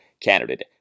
candidate